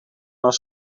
naar